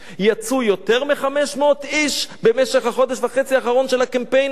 יצאו יותר מ-500 איש במשך החודש וחצי האחרונים של הקמפיין הזה?